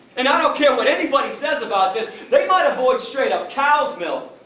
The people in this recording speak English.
and i don't care what anybody says about this, they might avoid straight up cows milk.